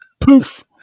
Poof